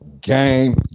Game